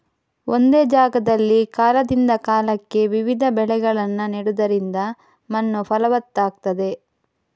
ಒಂದೇ ಜಾಗದಲ್ಲಿ ಕಾಲದಿಂದ ಕಾಲಕ್ಕೆ ವಿವಿಧ ಬೆಳೆಗಳನ್ನ ನೆಡುದರಿಂದ ಮಣ್ಣು ಫಲವತ್ತಾಗ್ತದೆ